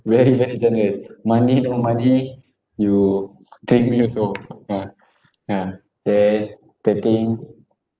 very very generous money no money you treat me also yeah yeah then third thing